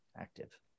active